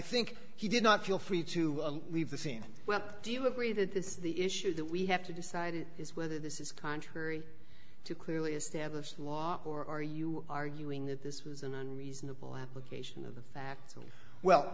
think he did not feel free to leave the scene well do you agree that this is the issue that we have to decide it is whether this is contrary to clearly established law or are you arguing that this was an unreasonable application of the facts or well